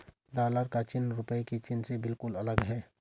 dollar का चिन्ह रूपए के चिन्ह से बिल्कुल अलग है